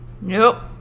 Nope